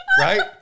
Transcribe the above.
Right